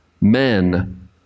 men